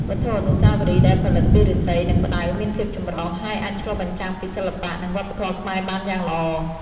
វត្ថុអនុស្សាវរីយ៍ដែលផលិតពីឫស្សី និងផ្តៅមានភាពចម្រុះ ហើយអាចឆ្លុះបញ្ចាំងពីសិល្បៈ និងវប្បធម៌ខ្មែរបានយ៉ាងល្អ។